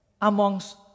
amongst